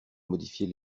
modifier